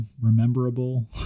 rememberable